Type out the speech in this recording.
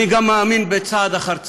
אני גם מאמין בצעד אחר צעד.